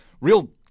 real